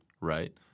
right